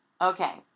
Okay